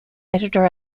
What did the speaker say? editor